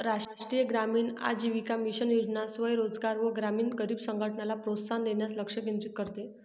राष्ट्रीय ग्रामीण आजीविका मिशन योजना स्वयं रोजगार व ग्रामीण गरीब संघटनला प्रोत्साहन देण्यास लक्ष केंद्रित करते